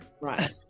Right